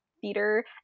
theater